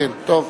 כן, טוב.